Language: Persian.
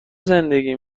زندگی